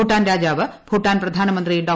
ഭൂട്ടാൻ രാജാവ് ഭൂട്ടാൻ പ്രധാനമന്ത്രി ഡോ